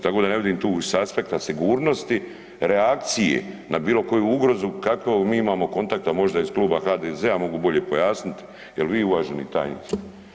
Tako da ne vidim tu sa aspekta sigurnosti, reakcije na bilokoju ugrozu kako mi imamo kontakta možda iz kluba HDZ-a mogu bolje pojasniti ili vi uvaženi tajniče.